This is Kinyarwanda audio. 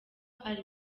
ari